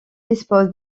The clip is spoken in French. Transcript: dispose